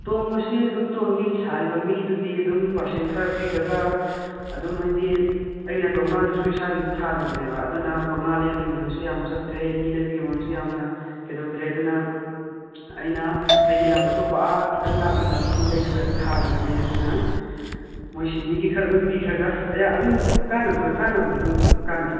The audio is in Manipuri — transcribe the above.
ꯇꯣꯡꯕꯁꯤ ꯑꯗꯨꯝ ꯇꯣꯡꯉꯤ ꯁꯥꯔꯤꯕ ꯃꯤꯗꯨꯒꯤ ꯑꯗꯨꯝ ꯄꯥꯔꯁꯦꯟ ꯈꯔ ꯄꯤꯈ꯭ꯔꯒ ꯑꯗꯨꯝ ꯍꯥꯏꯗꯤ ꯑꯩꯅ ꯀꯧꯅꯥꯗꯨꯁꯨ ꯏꯁꯥꯒꯤ ꯑꯗꯨꯝ ꯊꯥꯖꯕꯅꯦꯕ ꯑꯗꯨꯅ ꯀꯧꯅꯥ ꯂꯩꯕꯒꯤ ꯃꯃꯟꯁꯨ ꯌꯥꯝ ꯆꯠꯇ꯭ꯔꯦ ꯂꯤ ꯂꯩꯕꯒꯤ ꯃꯃꯟꯁꯨ ꯌꯥꯝꯅ ꯀꯩꯗꯧꯗ꯭ꯔꯦ ꯑꯗꯨꯅ ꯑꯩꯅ ꯑꯩꯒꯤ ꯂꯝ ꯑꯇꯣꯞꯄ ꯑꯥ ꯈꯤꯇꯪ ꯂꯥꯞꯅ ꯂꯝ ꯑꯃ ꯂꯩꯔꯒ ꯑꯗꯨꯝ ꯊꯥꯖꯕꯅꯤ ꯑꯗꯨꯅ ꯃꯣꯏ ꯁꯤꯟꯃꯤꯒꯤ ꯈꯔ ꯑꯗꯨꯝ ꯄꯤꯈ꯭ꯔꯒ ꯑꯗꯨꯝ ꯀꯥꯅꯕ ꯀꯥꯅꯕꯗꯤ ꯑꯗꯨꯝ ꯀꯥꯅꯩ